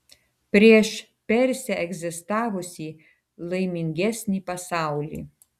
prieš persę egzistavusį laimingesnį pasaulį